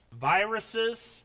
Viruses